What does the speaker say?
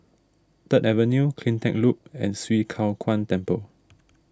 Third Avenue CleanTech Loop and Swee Kow Kuan Temple